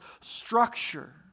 structure